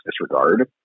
disregard